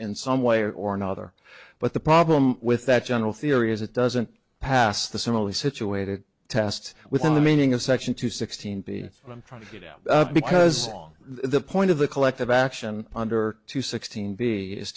in some way or another but the problem with that general theory is it doesn't pass the similarly situated test within the meaning of section two sixteen b i'm trying to get out because the point of the collective action under two sixteen the is